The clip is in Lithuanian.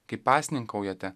kai pasninkaujate